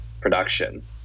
production